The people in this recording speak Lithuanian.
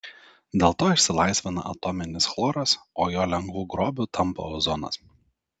dėl to išsilaisvina atominis chloras o jo lengvu grobiu tampa ozonas